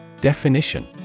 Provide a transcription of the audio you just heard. Definition